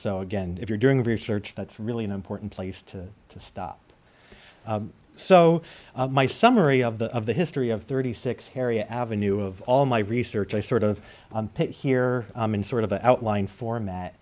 so again if you're doing research that's really an important place to stop so my summary of the of the history of thirty six harriet avenue of all my research i sort of pick here in sort of an outline format